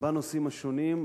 בנושאים השונים,